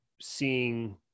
seeing